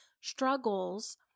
struggles